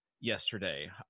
yesterday